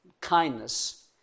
kindness